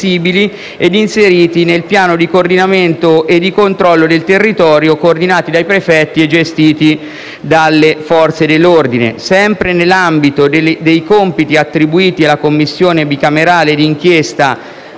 ed inseriti nel piano di coordinamento e di controllo del territorio coordinati dai prefetti e gestiti dalle Forze dell'ordine. Sempre nell'ambito dei compiti attribuiti alla Commissione bicamerale d'inchiesta